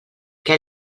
què